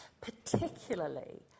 Particularly